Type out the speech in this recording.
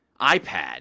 iPad